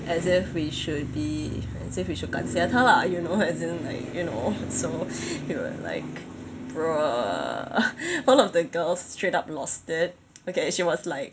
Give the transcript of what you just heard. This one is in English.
as if we should be as if we should 感谢他 lah you know as in like you know so we were like bruh one of the girls straight up lost it okay she was like